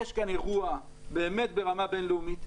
יש כאן אירוע באמת ברמה בין-לאומית,